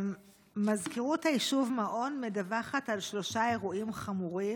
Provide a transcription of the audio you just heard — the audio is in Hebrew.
מזכירות היישוב מעון מדווחת על שלושה אירועים חמורים,